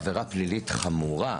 עבירה פלילית חמורה,